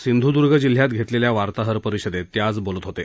सिंधुदूर्ग जिल्ह्यात घेतलेल्या वार्ताहर परिषदेत ते आज बोलत होते